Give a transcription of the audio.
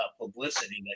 publicity